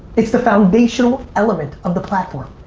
it's the foundational element of the platform